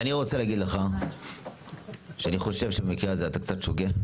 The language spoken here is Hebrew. אני רוצה להגיד לך שאני חושב שבמקרה הזה אתה קצת שוגה,